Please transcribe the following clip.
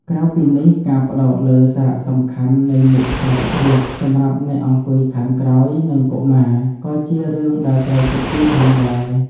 ក្រៅពីនេះ ការផ្តោតលើសារៈសំខាន់នៃមួកសុវត្ថិភាពសម្រាប់អ្នកអង្គុយខាងក្រោយ និងកុមារ ក៏ជារឿងដែលត្រូវគិតគូផងដែរ។